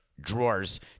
drawers